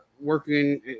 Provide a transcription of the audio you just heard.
working